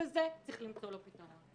צריך למצוא פתרון לצוואר הבקבוק הזה.